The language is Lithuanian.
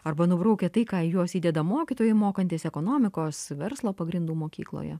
arba nubraukia tai ką į juos įdeda mokytojai mokantys ekonomikos verslo pagrindų mokykloje